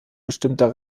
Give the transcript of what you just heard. bestimmter